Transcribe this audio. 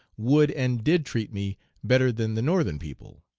would, and did treat me better than the northern people.